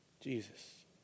Jesus